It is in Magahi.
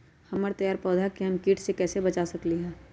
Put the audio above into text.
हमर तैयार पौधा के हम किट से कैसे बचा सकलि ह?